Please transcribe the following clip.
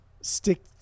stick